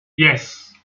yes